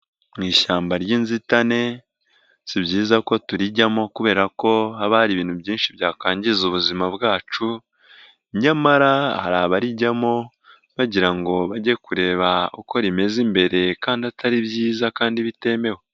Mu ishyamba ry'inzitane si byiza ko turijyamo kubera ko haba hari ibintu byinshi byakangiza ubuzima bwacu, nyamara hari abarijyamo bagira ngo bage kureba uko rimeze imbere kandi atari byiza kandi bitemewe.